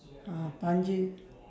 ah panjim